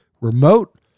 remote